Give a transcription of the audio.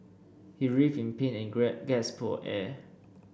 he writhed in pain and gasped for air